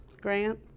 Grant